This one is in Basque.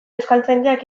euskaltzaindiak